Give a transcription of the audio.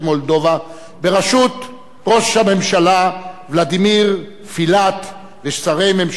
בראשות ראש הממשלה ולדימיר פילאט ושרי ממשלתו.